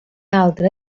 altre